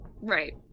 Right